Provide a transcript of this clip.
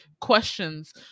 questions